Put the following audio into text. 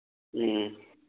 ꯎꯝ